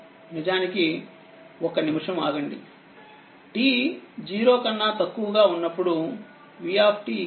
నిజానికిఒక్క నిమిషం ఆగండిt 0 కన్నా తక్కువగా ఉన్నప్పుడు v0వోల్ట్ ఉంది